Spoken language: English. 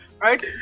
right